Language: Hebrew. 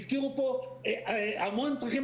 הזכירו פה המון צרכים,